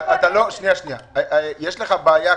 יש לך בעיה,